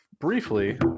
briefly